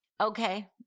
Okay